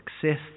success